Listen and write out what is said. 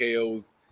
KOs